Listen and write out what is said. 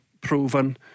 proven